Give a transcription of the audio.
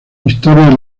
historias